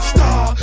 Star